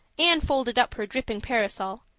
anne folded up her dripping parasol,